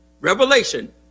revelation